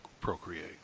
procreate